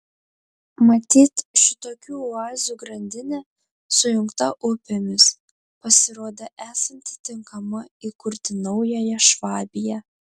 matyt šitokių oazių grandinė sujungta upėmis pasirodė esanti tinkama įkurti naująją švabiją